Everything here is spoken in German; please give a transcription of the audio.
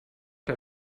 der